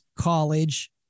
college